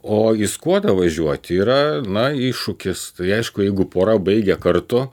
o į skuodą važiuoti yra na iššūkis tai aišku jeigu pora baigia kartu